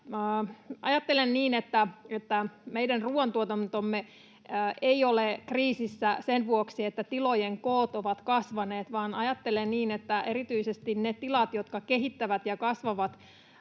Ajattelen niin, että meidän ruoantuotantomme ei ole kriisissä sen vuoksi, että tilojen koot ovat kasvaneet. Ajattelen niin, että erityisesti ne tilat, jotka kehittävät ja kasvavat,